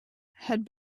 had